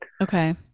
Okay